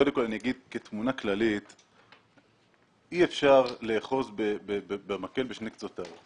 קודם כל אני אומר כתמונה כללית שאי אפשר לאחוז במקל בשני קצותיו.